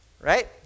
Right